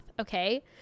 Okay